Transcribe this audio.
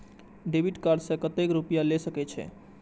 Debit card से कतेक रूपया ले सके छै?